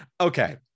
okay